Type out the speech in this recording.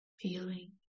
Feeling